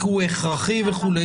כי הוא הכרחי וכולי,